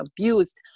abused